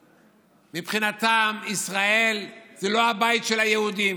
מבחינתן ישראל זה לא הבית של היהודים,